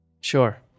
Sure